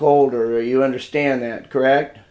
colder you understand that correct